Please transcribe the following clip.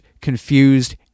Confused